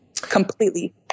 Completely